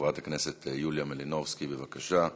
חברת הכנסת יוליה מלינובסקי, בבקשה.